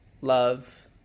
love